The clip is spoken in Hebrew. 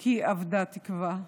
כי אבדה תקווה.